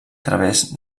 través